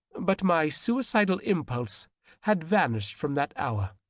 but my suicidal impulse had vanished from that hour.